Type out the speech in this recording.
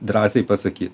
drąsiai pasakyt